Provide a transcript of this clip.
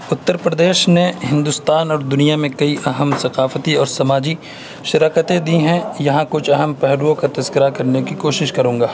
اُتّر پردیش نے ہندوستان اور دنیا میں کئی اہم ثقافتی اور سماجی شراکتیں دی ہیں یہاں کچھ اہم پہلوؤں کا تذکرہ کرنے کی کوشش کروں گا